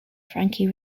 frankie